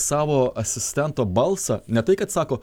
savo asistento balsą ne tai kad sako